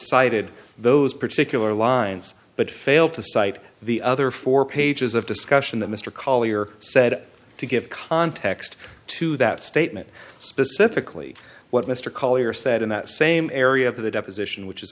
cited those particular lines but failed to cite the other four pages of discussion that mr collyer said to give context to that statement specifically what mr collyer said in that same area of the deposition which is